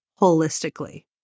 holistically